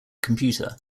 computer